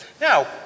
Now